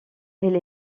elle